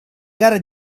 gara